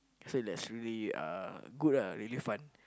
say that's really uh good ah really fun